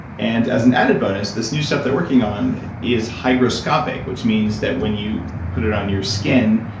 and as an added bonus, this new stuff they're working on is hydroscopic, which means that when you put it on your skin,